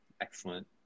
excellent